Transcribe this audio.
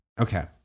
okay